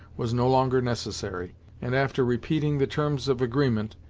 was no longer necessary and after repeating the terms of agreement,